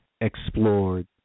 explored